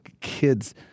kids